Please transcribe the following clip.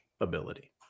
ability